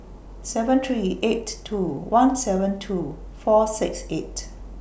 seven three eight two one seven two four six eight